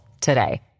today